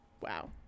Wow